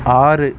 ஆறு